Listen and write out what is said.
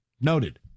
noted